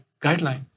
guideline